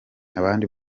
abandi